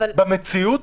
במציאות